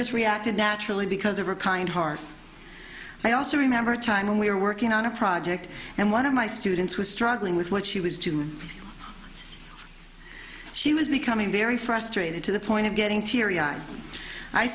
just reacted naturally because of a kind heart i also remember a time when we were working on a project and one of my students was struggling with what she was doing she was becoming very frustrated to the point of getting teary eyed i